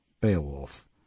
Beowulf